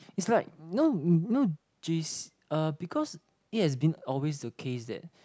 is right no no j_c because it has been always the case that